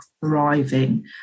thriving